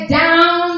down